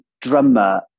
drummer